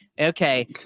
okay